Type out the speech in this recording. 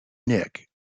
nick